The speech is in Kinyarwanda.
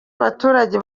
abaturage